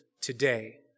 today